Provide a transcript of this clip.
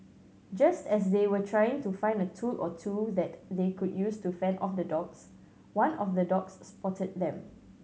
just as they were trying to find a tool or two that they could use to fend off the dogs one of the dogs spotted them